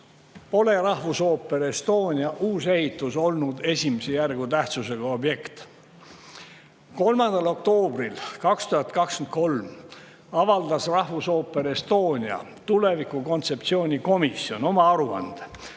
pole Rahvusooper Estonia uus ehitus olnud esimese järgu tähtsusega objekt. 3. oktoobril 2023 avaldas Rahvusooper Estonia tulevikukontseptsiooni komisjon oma aruande.